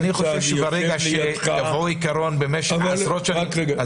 חושב שברגע שקבעו עיקרון במשך עשרות שנים,